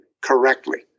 correctly